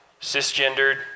cisgendered